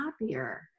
happier